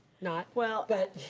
not. well. but